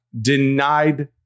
denied